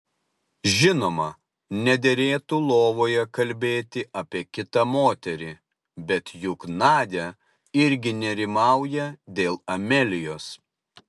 žinoma nederėtų lovoje kalbėti apie kitą moterį bet juk nadia irgi nerimauja dėl amelijos